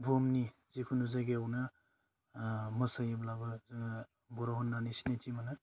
बुहुमनि जेखुनु जायगायावनो मोसायोब्लाबो जोङो बर' होन्नानै सिनायथि मोनो